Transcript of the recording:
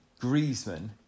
Griezmann